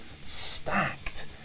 stacked